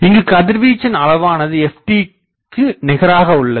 இங்குக் கதிர்வீச்சின் அளவானது ftக்கு நிகராக உள்ளது